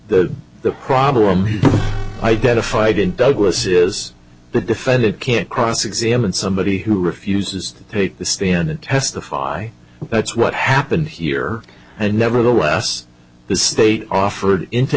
all the problem identified in douglas is the defendant can't cross examine somebody who refuses to take the stand and testify that's what happened here and nevertheless the state offered into